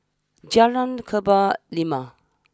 Jalan Kebun Limau